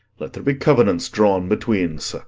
let there be covenants drawn between's.